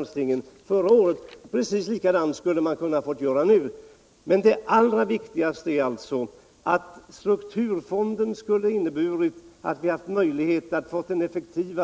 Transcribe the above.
Det viktigaste är emellertid att strukturfonden skulle ha gjort det möjligt att föra en mera effektiv